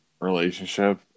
relationship